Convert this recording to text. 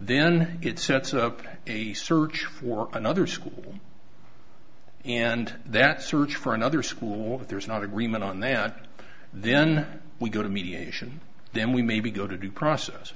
then it sets up a search for another school and that search for another school that there's not agreement on that then we go to mediation then we maybe go to due process